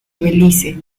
belice